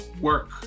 work